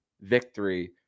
victory